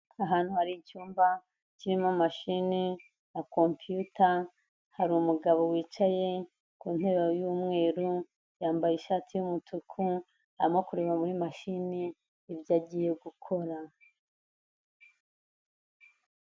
Ahantu hari icyumba kirimo mashini na kompiyuta hari umugabo wicaye ku ntebe y'umweru, yambaye ishati y'umutuku, arimo kureba muri mashini ibyo agiye gukora.